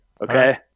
Okay